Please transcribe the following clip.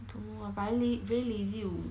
I don't know ah but I I very lazy to